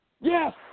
Yes